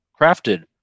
crafted